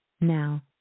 Now